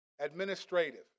administrative